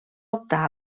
optar